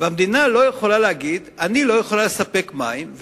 המדינה לא יכולה להגיד: אני לא יכולה לספק מים,